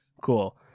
Cool